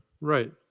Right